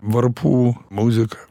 varpų muzika